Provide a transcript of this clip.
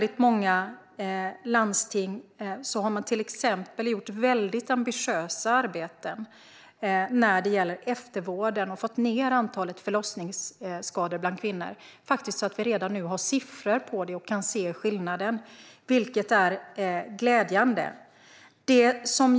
I många landsting har man till exempel gjort väldigt ambitiösa arbeten när det gäller eftervården och fått ned antalet förlossningsskador bland kvinnor. Vi har redan nu siffror på det och kan se skillnaden, vilket är glädjande.